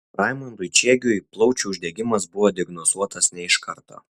raimondui čiegiui plaučių uždegimas buvo diagnozuotas ne iš karto